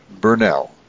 Burnell